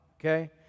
okay